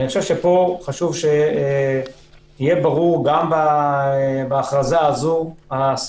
לכן חשוב שיהיה ברור בהכרזה הזאת מהן